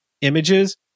images